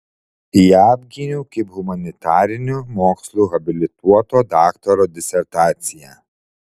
ją apgyniau kaip humanitarinių mokslų habilituoto daktaro disertaciją